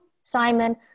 Simon